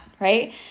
Right